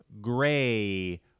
gray